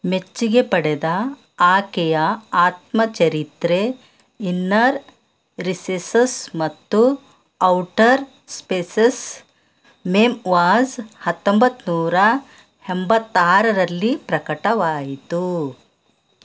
ಮೆಚ್ಚಿಗೆ ಪಡೆದ ಆಕೆಯ ಆತ್ಮಚರಿತ್ರೆ ಇನ್ನರ್ ರಿಸೆಸಸ್ ಮತ್ತು ಔಟರ್ ಸ್ಪೆಸಸ್ ಮೆಮ್ವಾಜ್ ಹತ್ತೊಂಬತ್ತ್ನೂರ ಎಂಬತ್ತಾರರಲ್ಲಿ ಪ್ರಕಟವಾಯಿತು